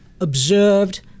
observed